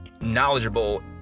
knowledgeable